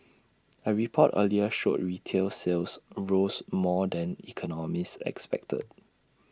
A report earlier showed retail sales rose more than economists expected